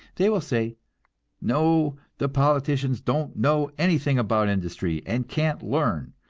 they will say no the politicians don't know anything about industry, and can't learn.